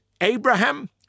Abraham